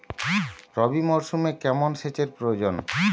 রবি মরশুমে কেমন সেচের প্রয়োজন?